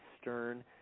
stern